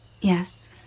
Yes